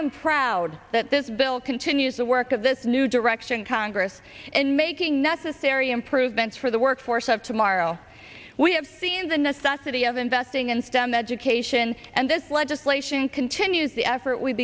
am proud that this bill continues the work of this new direction congress and making necessary improvements for the workforce of tomorrow we have seen the necessity of investing in stem education and this legislation continues the effort we